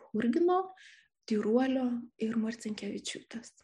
churgino tyruolio ir marcinkevičiūtės